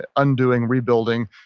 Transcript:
and undoing, rebuilding,